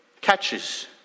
catches